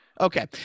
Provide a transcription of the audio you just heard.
Okay